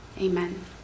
Amen